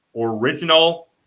Original